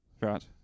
Right